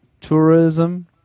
tourism